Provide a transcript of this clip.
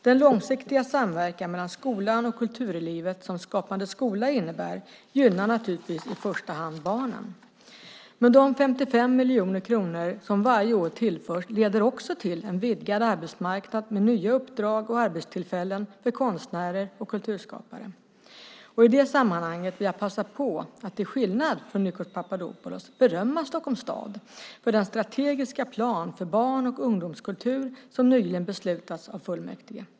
Den långsiktiga samverkan mellan skolan och kulturlivet som Skapande skola innebär gynnar naturligtvis i första hand barnen, men de 55 miljoner kronor som varje år tillförs leder också till en vidgad arbetsmarknad med nya uppdrag och arbetstillfällen för konstnärer och kulturskapare. I det sammanhanget vill jag passa på att, till skillnad från Nikos Papadopoulos, berömma Stockholms stad för den strategiska plan för barn och ungdomskultur som fullmäktige nyligen fattat beslut om.